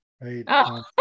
right